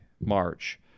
March